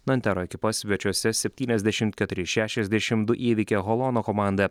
nantero ekipa svečiuose septyniasdešimt keturi šešiasdešimt du įveikė holono komandą